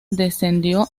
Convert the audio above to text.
descendió